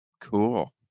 Cool